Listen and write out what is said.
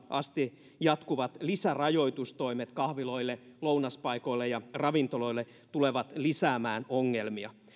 asti jatkuvat lisärajoitustoimet kahviloille lounaspaikoille ja ravintoloille tulevat lisäämään ongelmia